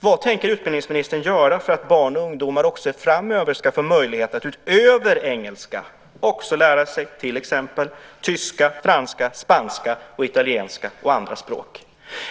Vad tänker utbildningsministern göra för att barn och ungdomar också framöver ska få möjlighet att utöver engelska också lära sig till exempel tyska, franska, spanska och italienska bland andra språk?